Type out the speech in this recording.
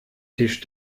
tisch